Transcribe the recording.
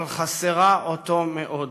אבל חסרה אותו מאוד.